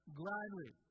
gladly